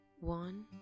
one